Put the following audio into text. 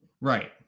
Right